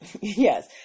yes